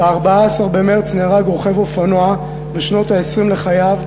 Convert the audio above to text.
5. ב-14 במרס נהרג רוכב אופנוע בשנות ה-20 לחייו